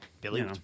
Billy